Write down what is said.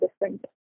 different